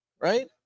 right